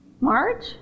March